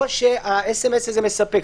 או המסרון מספק?